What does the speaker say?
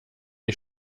ich